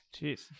Jeez